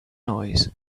noise